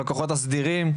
בכוחות הסדירים.